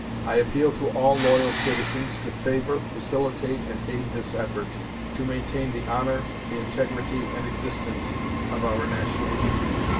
i appeal to all loyal citizens to favor, facilitate, and aid this effort to maintain the honor, the integrity and existence of our national union,